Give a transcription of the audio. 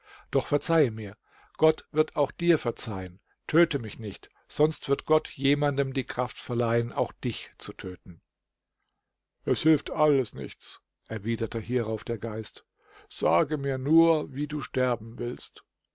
doch verzeihe mir gott wird auch dir verzeihen töte mich nicht sonst wird gott jemandem die kraft verleihen auch dich zu töten es hilft alles nichts erwiderte hierauf der geist sage mir nur wie du sterben willst